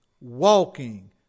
walking